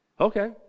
Okay